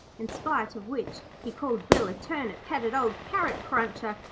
in spite of which he called bill a turnip-headed old carrot-cruncher,